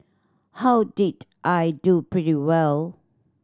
how did I do pretty well